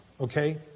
Okay